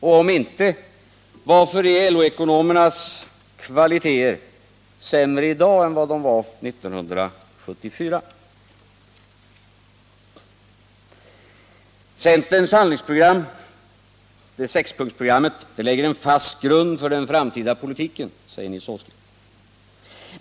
Och, om inte, varför är LO-ekonomernas kvaliteter sämre i dag än de var 1974? Centerns handlingsprogram —sexpunktsprogrammet —lägger en fast grund för den framtida politiken, säger Nils Åsling.